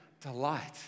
delight